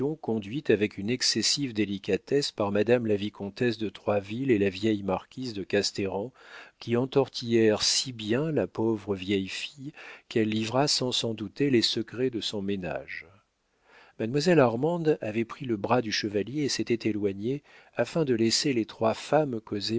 conduite avec une excessive délicatesse par madame la vicomtesse de troisville et la vieille marquise de castéran qui entortillèrent si bien la pauvre vieille fille qu'elle livra sans s'en douter les secrets de son ménage mademoiselle armande avait pris le bras du chevalier et s'était éloignée afin de laisser les trois femmes